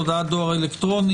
זאת הודעת דואר אלקטרוני?